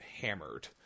hammered